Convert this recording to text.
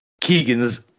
Keegan's